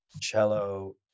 cello